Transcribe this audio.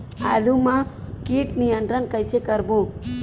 आलू मा कीट नियंत्रण कइसे करबो?